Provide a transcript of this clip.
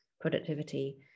productivity